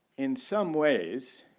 in some ways